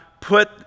put